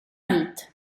hit